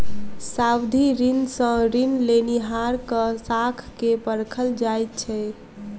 सावधि ऋण सॅ ऋण लेनिहारक साख के परखल जाइत छै